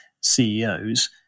CEOs